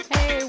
Hey